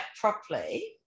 properly